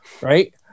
right